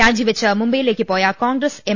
രാജി വെച്ച് മുംബൈയിലേക്ക് പോയ കോൺഗ്രസ് എം